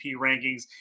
rankings